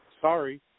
Sorry